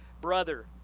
brother